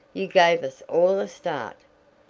you gave us all a start.